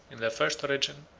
in their first origin,